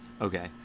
Okay